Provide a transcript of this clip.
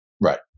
Right